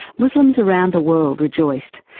muslims around the world rejoiced,